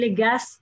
gas